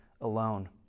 alone